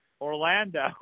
Orlando